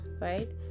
right